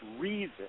reason